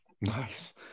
nice